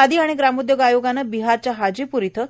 खादी आणि ग्रामोदयोग आयोगानं बिहारच्या हाजीपूर इथं